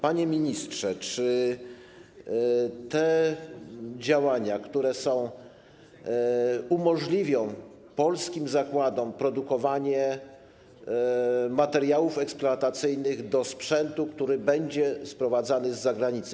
Panie ministrze, czy te działania, które są, umożliwią polskim zakładom produkowanie materiałów eksploatacyjnych do sprzętu, który będzie sprowadzany z zagranicy?